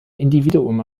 individuum